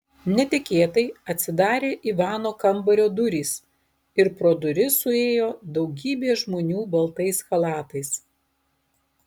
netikėtai atsidarė ivano kambario durys ir pro duris suėjo daugybė žmonių baltais chalatais